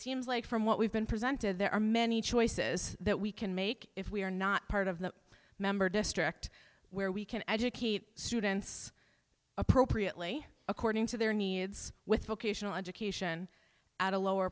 seems like from what we've been presented there are many choices that we can make if we are not part of the member district where we can educate students appropriately according to their needs with vocational education at a lower